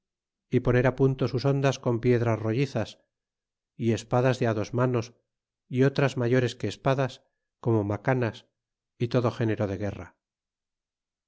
y poner punto sus hondas con piedras rollizas y espadas de á dos manos y otras mayores que espadas como macanas y iodo género de guerra